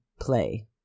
play